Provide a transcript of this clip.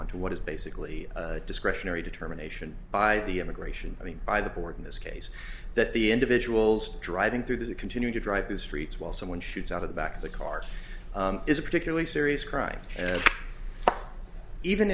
onto what is basically a discretionary determination by the immigration i mean by the board in this case that the individuals driving through the continue to drive the streets while someone shoots out of the back of the cart is a particularly serious crime and even